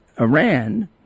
Iran